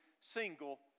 single